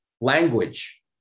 language